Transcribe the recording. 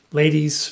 ladies